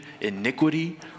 iniquity